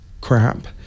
crap